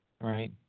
Right